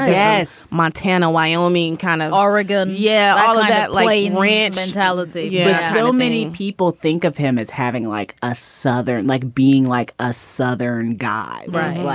yes, montana. wyoming, kind of oregon yeah. i love that line rant mentality so many people think of him as having like a southerner, like being like a southern guy. right.